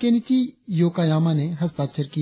Kenichi Yokoyama ने हस्ताक्षर किए